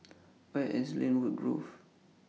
Where IS Lynwood Grove